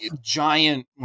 giant